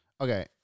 Okay